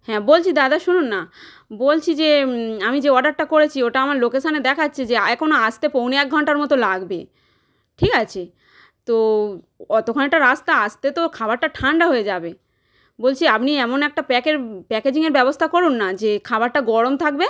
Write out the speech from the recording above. হ্যাঁ বলছি দাদা শুনুন না বলছি যে আমি যে অর্ডারটা করেছি ওটা আমার লোকেশনে দেখাচ্ছে যে এখনো আসতে পৌনে এক ঘন্টার মতো লাগবে ঠিক আছে তো অতোখানি একটা রাস্তা আসতে তো খাবারটা ঠান্ডা হয়ে যাবে বলছি আপনি এমন একটা প্যাকের প্যাকেজিংয়ের ব্যবস্থা করুন না যে খাবারটা গরম থাকবে